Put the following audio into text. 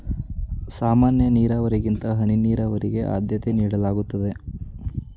ಸಾಮಾನ್ಯ ನೀರಾವರಿಗಿಂತ ಹನಿ ನೀರಾವರಿಗೆ ಆದ್ಯತೆ ನೀಡಲಾಗುತ್ತದೆ